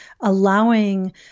allowing